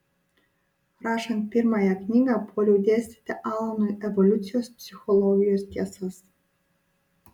rašant pirmąją knygą puoliau dėstyti alanui evoliucijos psichologijos tiesas